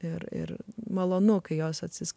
ir ir malonu kai jos atsisuka